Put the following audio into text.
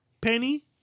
Penny